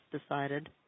decided